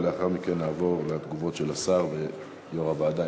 לאחר מכן נעבור לתגובות של השר ויו"ר הוועדה,